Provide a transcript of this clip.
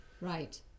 Right